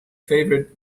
favorite